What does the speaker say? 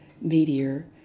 meteor